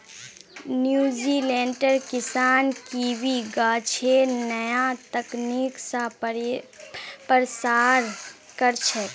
न्यूजीलैंडेर किसान कीवी गाछेर नया तकनीक स प्रसार कर छेक